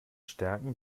stärken